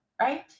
right